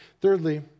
Thirdly